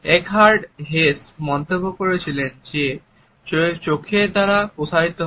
Eckhard Hess মন্তব্য করেছিলেন যে চোখের দ্বারা প্রসারিত হয়